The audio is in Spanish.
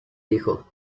dijo